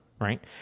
right